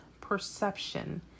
perception